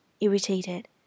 irritated